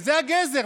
זה הגזר.